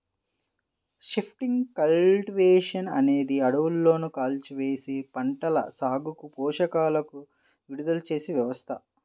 shifting cultivation అనేది అడవులను కాల్చివేసి, పంటల సాగుకు పోషకాలను విడుదల చేసే వ్యవస్థ